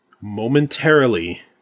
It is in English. momentarily